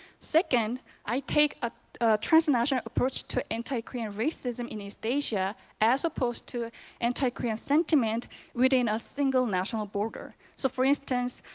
second i take a transnational approach to anit-korean racism in east asia as opposed to anti-korean sentiment within a single national border. so for instance,